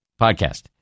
podcast